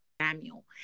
Samuel